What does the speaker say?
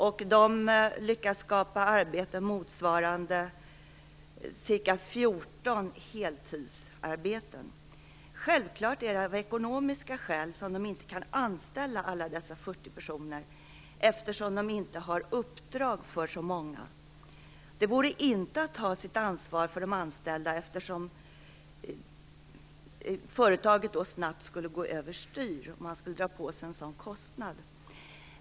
Man har lyckats skapa arbetstillfällen motsvarande ca 14 heltidstjänster. Självfallet är det av ekonomiska skäl som man inte kan anställa alla dessa 40 personer, eftersom det inte finns uppdrag för så många. Att anställa alla vore inte att ta sitt ansvar, eftersom företaget då snabbt skulle gå över styr om man drog på sig en sådan kostnad.